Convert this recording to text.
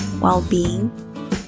well-being